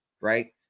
right